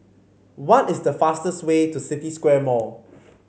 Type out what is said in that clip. what is the fastest way to City Square Mall